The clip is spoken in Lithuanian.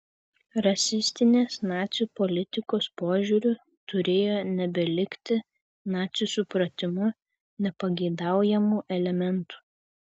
rasistinės nacių politikos požiūriu turėjo nebelikti nacių supratimu nepageidaujamų elementų